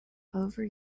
over